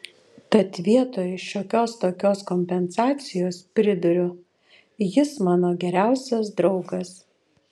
tad vietoj šiokios tokios kompensacijos priduriu jis mano geriausias draugas